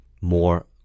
more